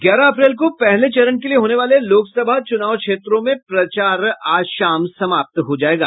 ग्यारह अप्रैल को पहले चरण के लिये होने वाले लोकसभा चुनाव क्षेत्रों में प्रचार आज शाम समाप्त हो जायेगा